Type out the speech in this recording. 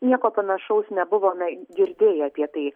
nieko panašaus nebuvome girdėję apie tai